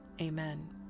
Amen